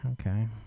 Okay